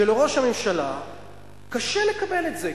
שלראש הממשלה קשה לקבל את זה,